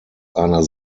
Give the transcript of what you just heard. einer